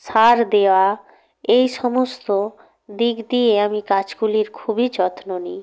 সার দেওয়া এই সমস্ত দিক দিয়ে আমি গাছগুলির খুবই যত্ন নিই